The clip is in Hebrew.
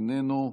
איננו,